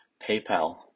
PayPal